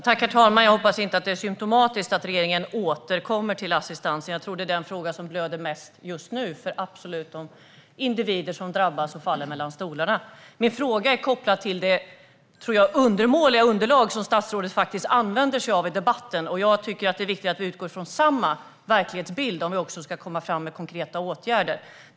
Herr talman! Jag hoppas att det inte är symtomatiskt att regeringen återkommer till assistansen. Jag tror att detta är den mest brådskande frågan just nu - så är absolut fallet för de individer som drabbas och faller mellan stolarna. Min fråga är kopplad till det underlag som statsrådet använder sig av i debatten, som jag tror är undermåligt. Jag tycker att det är viktigt att vi utgår från samma verklighetsbild om vi ska kunna komma fram till konkreta åtgärder.